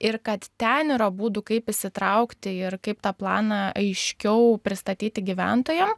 ir kad ten yra būdų kaip įsitraukti ir kaip tą planą aiškiau pristatyti gyventojam